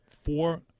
four